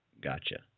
Gotcha